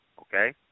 okay